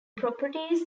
properties